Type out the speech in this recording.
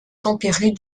tempérées